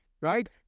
right